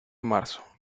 marzo